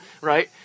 right